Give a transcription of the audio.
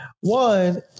One